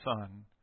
son